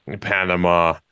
Panama